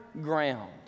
ground